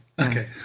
Okay